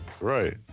Right